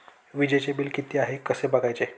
वीजचे बिल किती आहे कसे बघायचे?